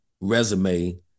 resume